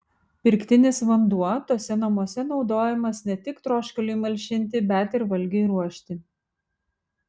pirktinis vanduo tuose namuose naudojamas ne tik troškuliui malšinti bet ir valgiui ruošti